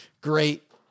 Great